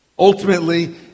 Ultimately